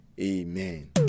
Amen